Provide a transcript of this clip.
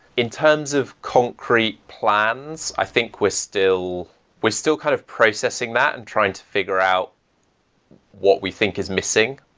in terms of concrete plans, i think we're still we're still kind of processing that and trying to figure out what we think is missing.